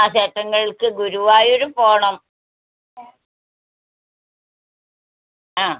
ആ ക്ഷേത്രങ്ങൾക്ക് ഗുരുവായൂരും പോവണം ആ